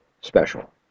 special